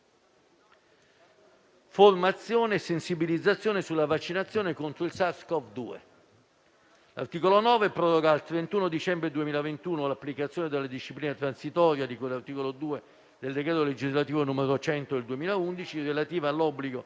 formazione e sensibilizzazione sulla vaccinazione contro il SARS-CoV-2. L'articolo 9 proroga al 31 dicembre 2021 l'applicazione della disciplina transitoria di cui all'articolo 2 del decreto legislativo n. 100 del 2011, relativa all'obbligo